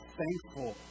thankful